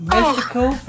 Mystical